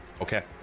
Okay